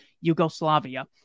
Yugoslavia